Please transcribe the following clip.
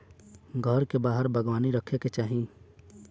घर के बाहर बागवानी रखे के चाही